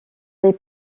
les